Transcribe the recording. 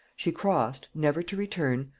she crossed, never to return,